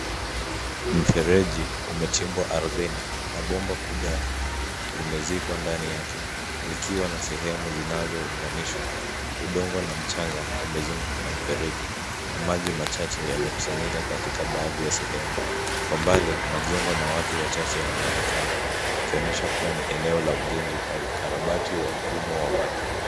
Mfereji umechimbwa ardhini, na bomba kubwa limezikwa ndani yake, likiwa na sehemu zinazounganishwa. Udongo na mchanga umezungukwa kwa mfereji, na maji machache yamekusanyika katika baadhi ya sehemu. Kwa mbali, majengo na watu wachache wanaonekana. Ikionyesha kuwa ni eneo la ujenzi, au ukarabati wa mfumo wa maji.